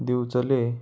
दिवचले